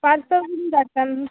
parcel घेवन धाडटा न्हू